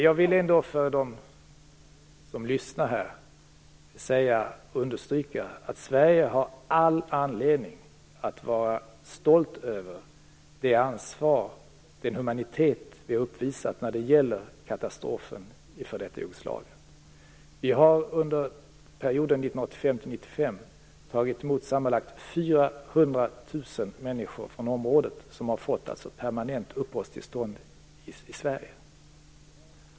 För dem som lyssnar på debatten vill jag ändå understryka att Sverige har all anledning av vara stolt över det ansvar och den humanitet vi har uppvisat när det gäller katastrofen i f.d. Jugoslavien. Vi har under perioden 1985-1995 tagit emot sammanlagt 400 000 människor från området, som har fått permanent uppehållstillstånd i Sverige.